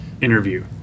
interview